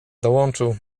dołączył